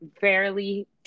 fairly